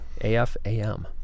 AFAM